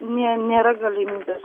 nė nėra galimybės